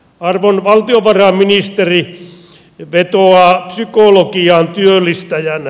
arvon valtiovarainministeri vetoaa psykologiaan työllistäjänä